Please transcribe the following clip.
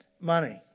money